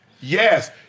yes